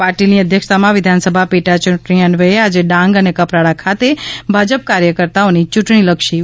પાટિલની અધ્યક્ષતામાં વિધાનસભા પેટાચૂંટણી અન્વયે આજે ડાંગ અને કપરાડા ખાતે ભાજપ કાર્યકર્તાઓની ચૂંટણી લક્ષી બેઠક યોજાઈ ગઈ